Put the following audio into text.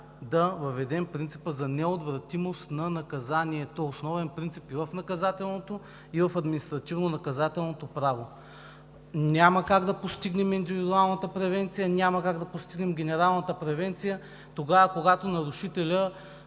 да въведем принципа за необратимост на наказанието – основен принцип и в наказателното, и в административнонаказателното право. Няма как да постигнем индивидуалната превенция, няма как да постигнем генералната превенция тогава, когато нарушителят